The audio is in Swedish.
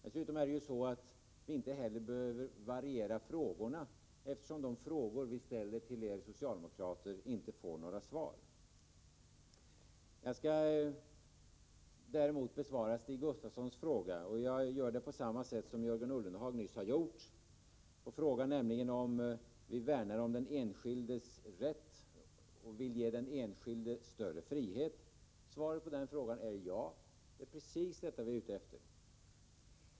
Vi behöver inte heller variera frågorna, eftersom de frågor vi ställer till er socialdemokrater inte får några svar. , Jag skall däremot besvara Stig Gustafssons fråga. Jag gör det på samma sätt som Jörgen Ullenhag nyss. Stig Gustafsson frågade om vi värnar om den enskildes rätt och vill ge den enskilde större frihet. Svaret på den frågan är ja. Det är precis detta som vi är ute efter.